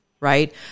right